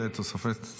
זה כבר היה 40 דקות.